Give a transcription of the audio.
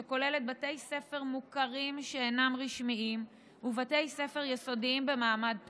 שכוללת בתי ספר מוכרים שאינם רשמיים ובתי ספר יסודיים במעמד פטור.